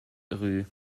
rues